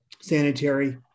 sanitary